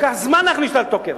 לקח זמן להכניס אותה לתוקף,